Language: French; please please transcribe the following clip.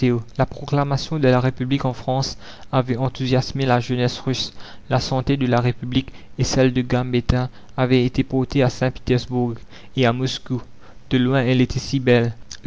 la proclamation de la république en france avait enthousiasmé la jeunesse russe la santé de la république et celle de gambetta avaient été portées à saint-pétersbourg et à moscou de loin elle était si belle